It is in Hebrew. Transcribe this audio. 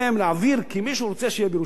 להעביר כי מישהו רוצה שיהיה בירושלים.